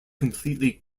completely